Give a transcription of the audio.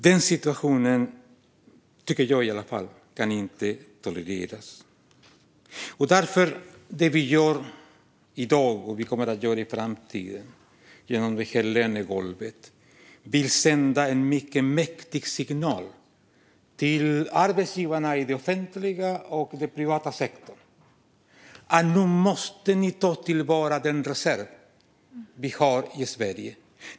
Denna situation, tycker i alla fall jag, kan inte tolereras. Det vi gör i dag och det vi kommer att göra i framtiden genom lönegolvet är att sända en mycket mäktig signal till arbetsgivarna i det offentliga och i den privata sektorn att de nu måste ta till vara den reserv vi har i Sverige.